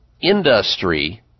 industry